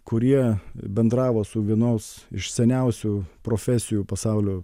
kurie bendravo su vienos iš seniausių profesijų pasaulio